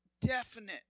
definite